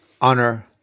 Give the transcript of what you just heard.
honor